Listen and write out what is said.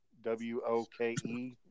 W-O-K-E